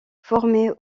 formée